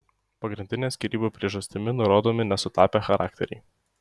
pagrindinė skyrybų priežastimi nurodomi nesutapę charakteriai